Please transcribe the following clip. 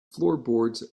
floorboards